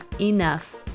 enough